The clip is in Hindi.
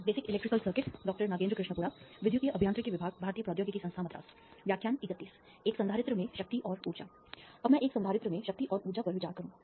power and energy in capacitor अब मैं एक संधारित्र में शक्ति और ऊर्जा पर विचार करूंगा